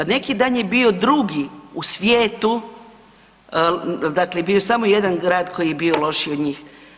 Neki dan je bio drugi u svijetu, dakle bio je samo jedan grad koji je bio lošiji od njih.